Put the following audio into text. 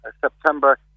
September